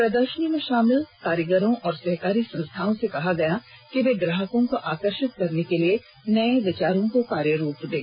प्रदर्शनी में शामिल कारीगरों और सहकारी संस्थाओं से कहा गया कि वे ग्राहकों को आकर्षित करने के लिए नए विचारों को कार्यरुप दें